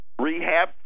rehab